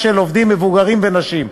העובדים המבוגרים והנשים.